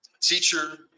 Teacher